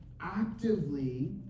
actively